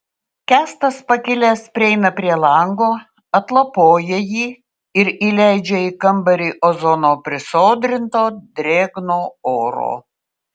kęstas pakilęs prieina prie lango atlapoja jį ir įleidžia į kambarį ozono prisodrinto drėgno oro